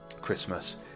christmas